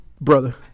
Brother